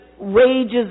rages